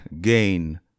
gain